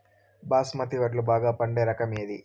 బాస్మతి వడ్లు బాగా పండే రకం ఏది